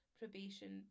probation